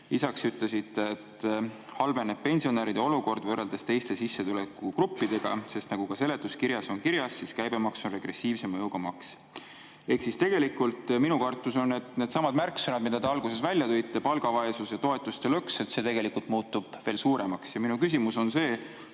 Lisaks ütlesite, et halveneb pensionäride olukord võrreldes teiste sissetulekugruppidega, sest nagu ka seletuskirjas on kirjas, siis käibemaks on regressiivse mõjuga maks. Ehk minu kartus on, et needsamad märksõnad, mida te alguses välja tõite – palgavaesus ja toetuste lõks –, et see [risk] tegelikult muutub veel suuremaks. Minu küsimus on see: